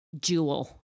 jewel